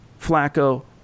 Flacco